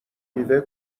میوه